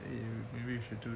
mmhmm maybe you should do that